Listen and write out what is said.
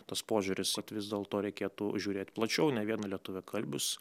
tas požiūris vat vis dėlto reikėtų žiūrėti plačiau ne vien į lietuviakalbius